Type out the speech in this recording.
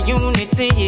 unity